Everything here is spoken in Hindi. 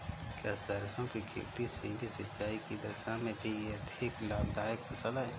क्या सरसों की खेती सीमित सिंचाई की दशा में भी अधिक लाभदायक फसल है?